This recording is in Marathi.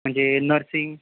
म्हणजे नर्सिंग